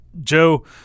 Joe